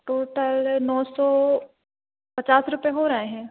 total नौ सौ पचास रुपये हो रहे हैं